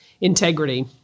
Integrity